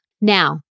Now